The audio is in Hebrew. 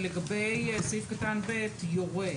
לגבי סעיף קטן (ב), זה יורה.